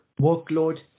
workload